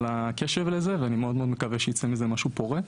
על הקשב ואני מקווה שייצא מזה משהו פורה.